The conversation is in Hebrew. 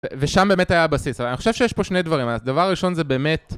ושם באמת היה הבסיס, אבל אני חושב שיש פה שני דברים, הדבר הראשון זה באמת...